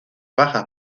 bajas